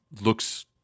looks